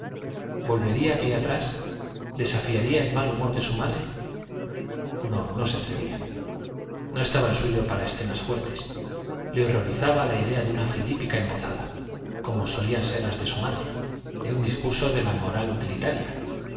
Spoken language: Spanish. volvería pie atrás desafiaría el mal humor de su madre no no se atrevía no estaba el suyo para escenas fuertes le horrorizaba la idea de una filípica embozada como solían ser las de su madre de un discurso de moral utilitaria